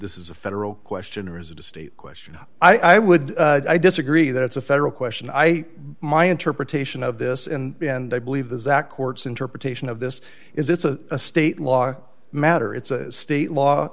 this is a federal question or is it a state question i would i disagree that it's a federal question i my interpretation of this and i believe the zac court's interpretation of this is it's a state law matter it's a state law